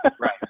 Right